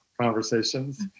conversations